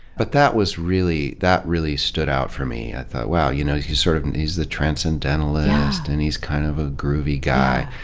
but that was really, that really stood out for me. i thought wow, you know he's sort of and he's the transcendentalist and he's kind of a groovy guy.